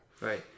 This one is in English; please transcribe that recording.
right